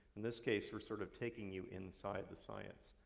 in this case, we're sort of taking you inside the science.